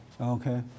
Okay